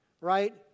right